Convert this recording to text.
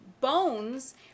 bones